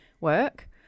work